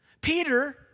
Peter